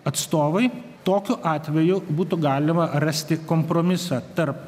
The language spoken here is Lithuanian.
atstovai tokiu atveju būtų galima rasti kompromisą tarp